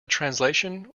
translation